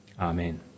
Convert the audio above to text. Amen